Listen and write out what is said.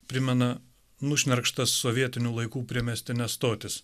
primena nušnerkštas sovietinių laikų priemiestines stotis